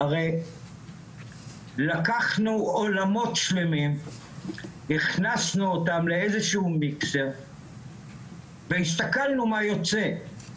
הרי לקחנו עולמות שלמים הכנסנו אותם לאיזשהו מיקסר והסתכלנו מה יוצא.